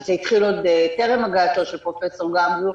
שזה התחיל עוד טרם הגעתו של פרופ' גמזו,